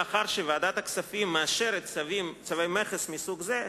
לאחר שוועדת הכספים מאשרת צווי מכס מסוג זה,